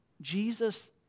Jesus